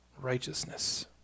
righteousness